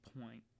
point